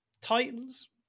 Titans